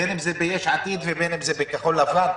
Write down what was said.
בין אם זה ביש עתיד ובין אם זה בכחול לבן?